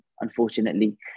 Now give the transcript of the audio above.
unfortunately